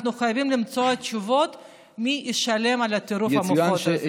אנחנו חייבים למצוא תשובות למי ישלם על טירוף המוחות הזה.